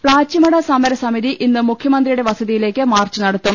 പ്താച്ചിമട സമരസമിതി ഇന്ന് മുഖ്യമന്ത്രിയുടെ വസതിയിലേക്ക് മാർച്ച് നടത്തും